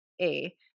A-